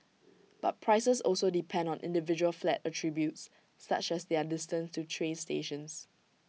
but prices also depend on individual flat attributes such as their distance to train stations